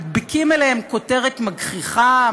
מדביקים עליהן כותרת מגחיכה,